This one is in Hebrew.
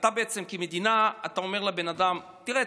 ואתה בעצם כמדינה אומר לבן אדם: תראה,